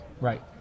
Right